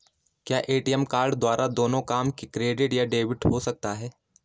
क्या ATM card द्वारा दोनों काम क्रेडिट या डेबिट हो सकता है?